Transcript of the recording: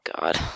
god